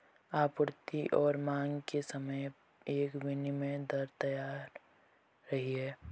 आपूर्ति और मांग के समय एक विनिमय दर तैर रही है